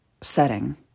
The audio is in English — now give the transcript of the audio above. setting